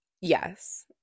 Yes